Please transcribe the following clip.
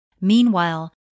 Meanwhile